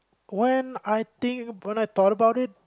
when I think when I thought about it